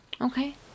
Okay